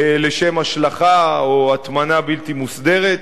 לשם השלכה, או הטמנה בלתי מוסדרת.